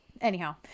Anyhow